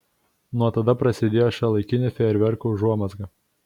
nuo tada prasidėjo šiuolaikinių fejerverkų užuomazga